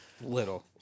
Little